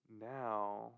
Now